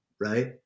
right